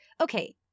okay